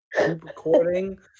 recording